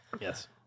Yes